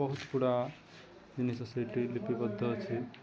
ବହୁତ ଗୁଡ଼ା ଜିନିଷ ସେଇଠି ଲିପିବଦ୍ଧ ଅଛି